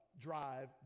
drive